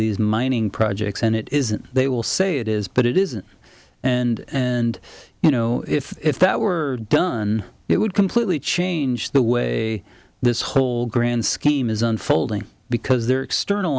these mining projects and it isn't they will say it is but it isn't and and you know if that were done it would completely change the way this whole grand scheme is unfolding because there external